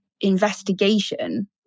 investigation